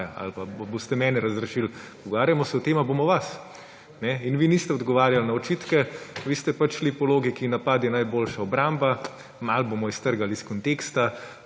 ali boste mene razrešili. Pogovarjamo se o tem, ali bomo vas. In vi niste odgovarjali na očitke, vi ste šli po logiki napad je najboljša obramba, malo bomo iztrgali iz konteksta,